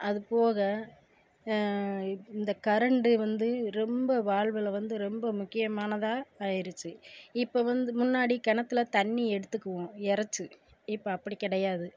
அது போக இந்த கரண்ட் வந்து ரொம்ப வாழ்வில் வந்து ரொம்ப முக்கியமானதாக ஆயிருச்சு இப்போ வந்து முன்னாடி கிணத்துல தண்ணி எடுத்துக்குவோம் இறச்சி இப்போ அப்படி கிடையாது